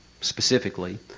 specifically